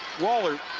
wahlert